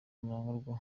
mnangagwa